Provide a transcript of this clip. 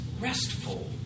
restful